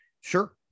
Sure